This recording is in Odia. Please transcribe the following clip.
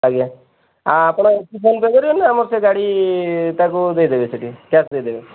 ଆଜ୍ଞା ଆପଣ ଏଠି ଫୋନପେ କରିବେ ନା ଆମର ସେ ଗାଡ଼ି ତା'କୁ ଦେଇଦେବେ ସେଠି କ୍ୟାସ୍ ଦେଇଦେବେ